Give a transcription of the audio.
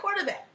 quarterbacks